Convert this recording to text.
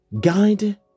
guide